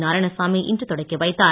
நாராயணசாமி இன்று தொடங்கி வைத்தார்